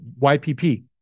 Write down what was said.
YPP